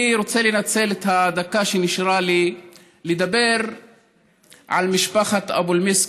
אני רוצה לנצל את הדקה שנשארה לי ולדבר על משפחת אבו אל-מסכ.